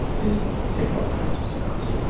is take all kinds of sounds,